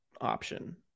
option